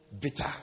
Bitter